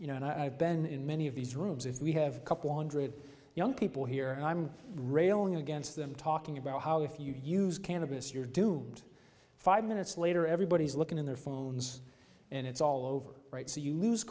you know and i've been in many of these rooms if we have cup laundry of young people here and i'm railing against them talking about how if you use cannabis you're doomed five minutes later everybody's looking in their phones and it's all over right so you lose